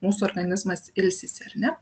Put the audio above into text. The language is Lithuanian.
mūsų organizmas ilsisi ar ne